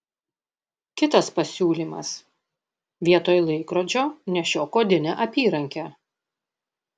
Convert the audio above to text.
kitas pasiūlymas vietoj laikrodžio nešiok odinę apyrankę